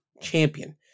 champion